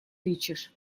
тычешь